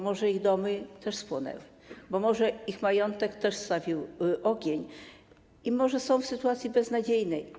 Może ich domy też spłonęły, może ich majątek też strawił ogień i może są w sytuacji beznadziejnej.